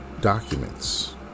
documents